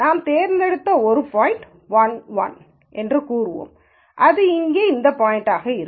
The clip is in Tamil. நாம் தேர்ந்தெடுத்த ஒரு பாய்ன்ட் 1 1 என்று கூறுவோம் இது இங்கே இந்த பாய்ன்ட்யாக இருக்கும்